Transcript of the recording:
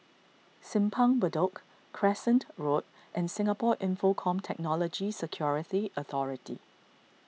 Simpang Bedok Crescent Road and Singapore Infocomm Technology Security Authority